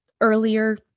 earlier